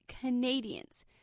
Canadians